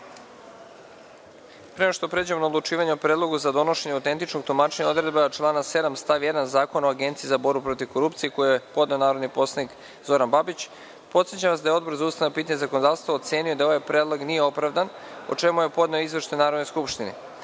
nego što pređemo na odlučivanje o predlogu za donošenje autentičnog tumačenja odredbe člana 7. stav 1. Zakona o Agenciji za borbu protiv korupcije koji je podneo narodni poslanik Zoran Babić, podsećam vas da je Odbor za ustavna pitanja i zakonodavstvo ocenio da ovaj predlog nije opravdan, o čemu je podneo Izveštaj Narodnoj skupštini. Prema